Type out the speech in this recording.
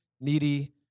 needy